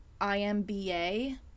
IMBA